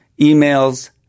Emails